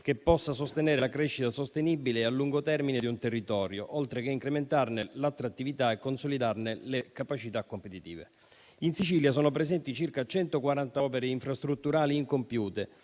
che possa sostenere la crescita sostenibile a lungo termine di un territorio, oltre che incrementarne l'attrattività e consolidarne le capacità competitive. In Sicilia sono presenti circa 140 opere infrastrutturali incompiute